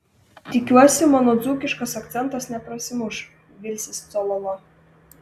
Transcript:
tikiuosi mano dzūkiškas akcentas neprasimuš vilsis cololo